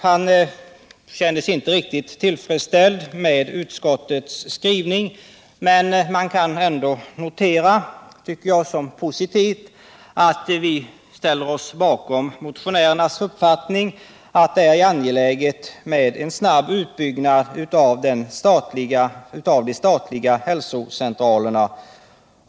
Han kände sig inte tillfredsställd med utskottets skrivning, men man kan ändå notera som positivt att vi ställer oss bakom motionärernas uppfattning att det är angeläget med en snabb utbyggnad av de statliga hälsocentralerna.